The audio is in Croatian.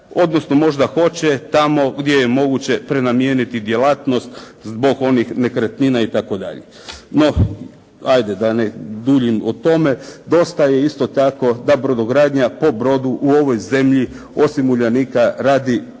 odnosno možda hoće tamo gdje je moguće prenamijeniti djelatnost zbog onih nekretnina itd.. No, ajde da ne duljim o tome. Dosta je isto tako da brodogradnja po brodu u ovoj zemlji, osim Uljanika, radi 20